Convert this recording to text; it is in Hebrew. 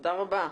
תודה רבה.